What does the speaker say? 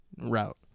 route